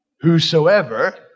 whosoever